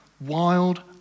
wild